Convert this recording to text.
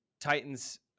Titans